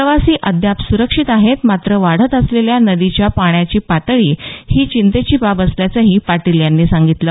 प्रवासी अद्याप सुरक्षित आहेत मात्र वाढत असलेल्या नदीच्या पाण्याची पातळी ही चिंतेची बाब असल्याचंही पाटील यांनी सांगितलं